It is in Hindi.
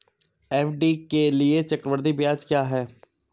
एफ.डी के लिए चक्रवृद्धि ब्याज क्या है?